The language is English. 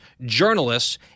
journalists